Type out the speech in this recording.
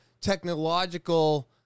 technological